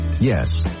Yes